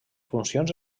funcions